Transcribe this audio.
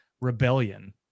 rebellion